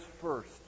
first